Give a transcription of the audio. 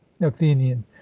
athenian